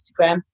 Instagram